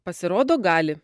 pasirodo gali